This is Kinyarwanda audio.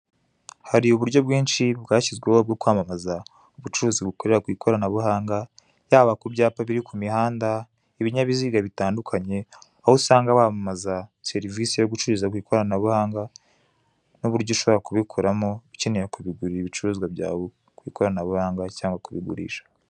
Hari uburyo bwinshi bwashyizweho bwo kwamamaza ubucuruzi bukorera ku Ikoranabuhanga, yaba ku byapa biri ku mihanda, ibinyabiziga bitandukanye, aho usanga bamamaza serivisi yo gucururiza ku ikoranabuhanga, n'uburyo ushobora kubikoramo ku ukeneye kubigurira ibicuruzwa byawe ku ikoranabuhanga cyangwa kubigurisha.